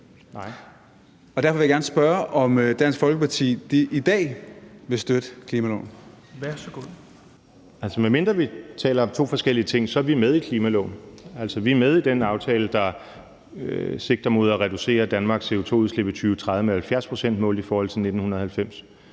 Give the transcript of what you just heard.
Morten Messerschmidt (DF): Medmindre vi taler om to forskellige ting, er vi med i klimaloven. Vi er med i den aftale, der sigter mod at reducere Danmarks CO2-udslip i 2030 med 70 pct. målt i forhold til 1990.